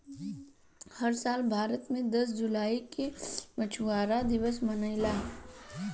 हर साल भारत मे दस जुलाई के मछुआरा दिवस मनेला